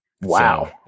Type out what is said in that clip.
Wow